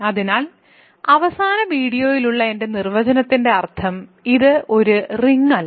അതിനാൽ അവസാന വീഡിയോയിലുള്ള എന്റെ നിർവചനത്തിന്റെ അർത്ഥത്തിൽ ഇത് ഒരു റിങ് അല്ല